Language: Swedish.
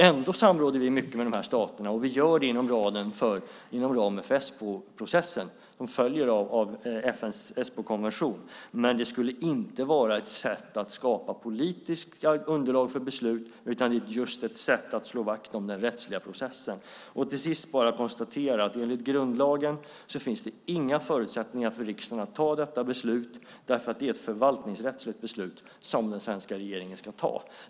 Ändå samråder vi mycket med dessa stater - vi gör det inom ramen för Esboprocessen, som sker inom ramen för FN:s Esbokonvention - men det skulle inte vara ett sätt att skapa politiska underlag för beslut utan just ett sätt att slå vakt om den rättsliga processen. Låt mig till sist konstatera att det enligt grundlagen inte finns några förutsättningar för riksdagen att fatta detta beslut. Det är ett förvaltningsrättsligt beslut som den svenska regeringen ska ta.